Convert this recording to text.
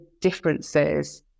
differences